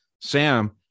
Sam